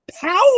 power